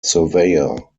surveyor